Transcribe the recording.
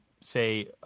say